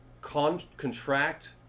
contract